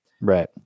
Right